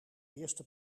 eerste